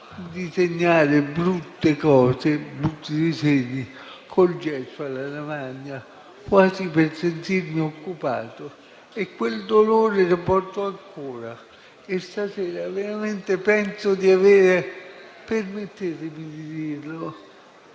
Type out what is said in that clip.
disegnare brutte cose col gesso alla lavagna, quasi per sentirmi occupato. Quel dolore lo porto ancora e stasera veramente penso di avere - permettetemi di dirlo